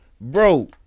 Bro